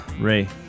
Ray